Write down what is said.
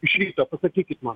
iš ryto pasakykit man